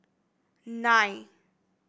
nine